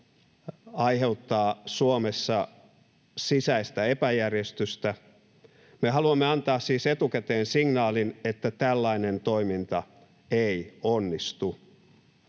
aiheuttaa Suomessa sisäistä epäjärjestystä. Me haluamme siis antaa etukäteen signaalin, että tällainen toiminta ei onnistu.